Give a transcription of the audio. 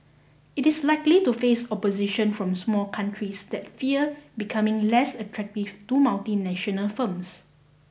it is likely to face opposition from small countries that fear becoming less attractive to multinational firms